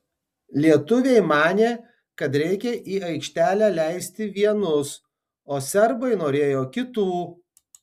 lietuviai manė kad reikia į aikštelę leisti vienus o serbai norėjo kitų